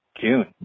june